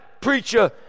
preacher